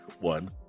one